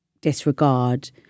disregard